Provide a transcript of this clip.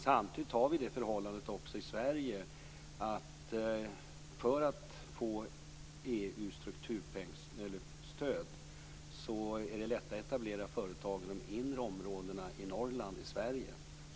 Samtidigt har vi det förhållandet i Sverige att det är lättare att få strukturstöd från EU om man etablerar företag i de inre områdena i Norrland i Sverige.